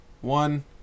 one